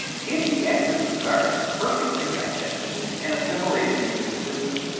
if the excess of starch is perfectly digested and assimilated into the system,